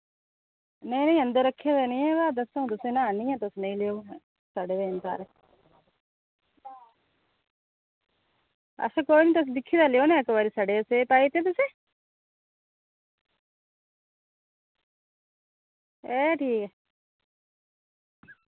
में अंदर रक्खे दे न दस्सङ आह्नियै तुस लेई लैओ सड़े दे न सारे अच्छा तुस दिक्खी ते लैओ सड़े दे सेव पाई दित्ते तुसें एह् ठीक ऐ